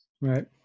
right